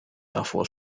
davor